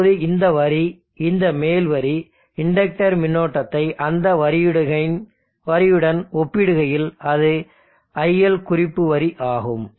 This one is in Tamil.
இப்போது இந்த வரி இந்த மேல் வரி இண்டக்டர் மின்னோட்டத்தை அந்த வரியுடன் ஒப்பிடுகையில் அது iL குறிப்பு வரி ஆகும்